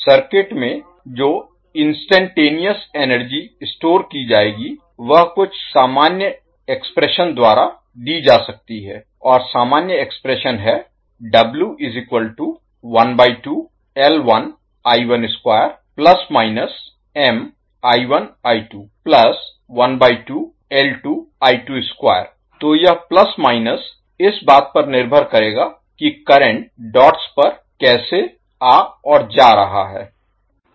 circuit में जो instantaneous Instantaneous तात्कालिक एनर्जी स्टोर् की जाएगी वह कुछ सामान्य एक्सप्रेशन Expression अभिव्यक्ति द्वारा दी जा सकती है और सामान्य एक्सप्रेशन Expression अभिव्यक्ति है तो यह प्लस माइनस इस बात पर निर्भर करेगा कि करंट डॉट्स पर कैसे आ और जा रहा है